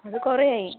അതു കുറേയായി